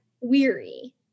weary